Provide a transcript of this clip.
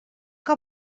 que